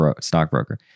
stockbroker